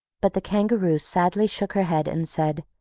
but the kangaroo sadly shook her head, and said,